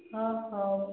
ହଁ ହେଉ